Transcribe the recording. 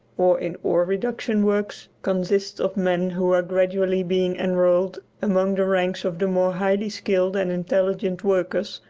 or in ore-reduction works, consists of men who are gradually being enrolled among the ranks of the more highly skilled and intelligent workers,